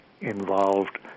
involved